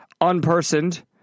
unpersoned